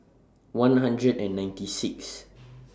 one hundred and ninety six